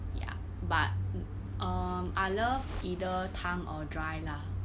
ya but um I love either 汤 or dry lah